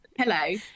hello